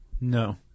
No